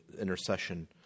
intercession